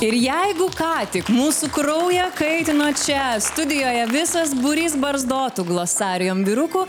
ir jeigu ką tik mūsų kraują kaitino čia studijoje visas būrys barzdotų glossarium vyrukų